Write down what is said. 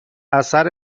اثر